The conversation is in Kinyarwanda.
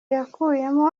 yakuyemo